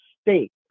state